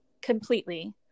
completely